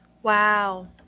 Wow